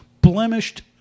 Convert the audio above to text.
blemished